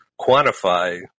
quantify